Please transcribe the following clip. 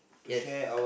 yes